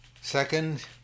Second